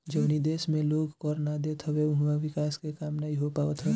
जवनी देस में लोग कर ना देत हवे उहवा विकास के काम नाइ हो पावत हअ